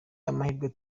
amahirwe